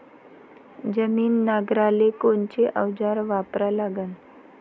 जमीन नांगराले कोनचं अवजार वापरा लागन?